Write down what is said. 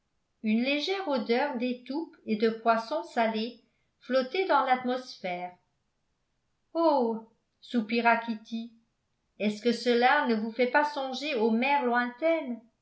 une légère odeur d'étoupe et de poisson salé flottait dans l'atmosphère oh soupira kitty est-ce que cela ne vous fait pas songer aux mers lointaines